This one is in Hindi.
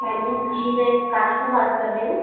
हेलो जी मैं काशीफ़ा बात कर रही हूँ